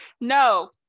no